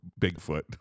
bigfoot